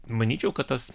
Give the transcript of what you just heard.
manyčiau kad tas